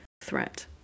threat